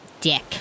dick